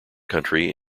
country